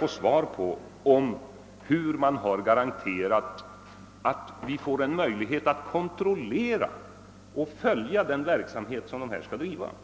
ha svar på frågan hur man skall garantera att vi får möjlighet att kontrollera och följa den verksamhet som skall bedrivas.